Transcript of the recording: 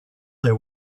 their